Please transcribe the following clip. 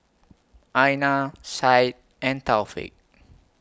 Aina Syed and Taufik